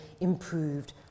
improved